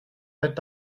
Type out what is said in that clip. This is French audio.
faites